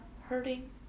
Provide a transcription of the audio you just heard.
hurting